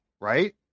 right